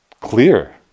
clear